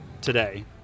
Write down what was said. today